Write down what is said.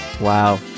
Wow